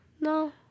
No